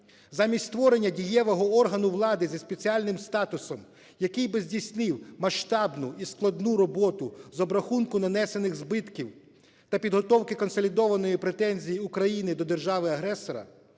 Замість створення дієвого органу влади зі спеціальним статусом, який би здійснив масштабну і складну роботу з обрахунку нанесених збитків та підготовки консолідованої претензії України до держави-агресора,